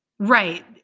Right